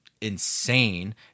insane